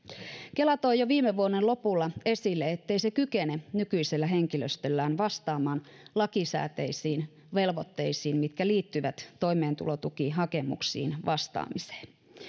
kela toi jo viime vuoden lopulla esille ettei se kykene nykyisellä henkilöstöllään vastaamaan lakisääteisiin velvoitteisiin mitkä liittyvät toimeentulotukihakemuksiin vastaamiseen